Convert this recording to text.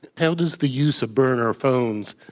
held as the use of burner phones,